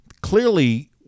clearly